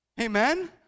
Amen